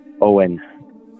Owen